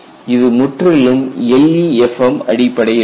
இது முற்றிலும் LEFM அடிப்படையிலானது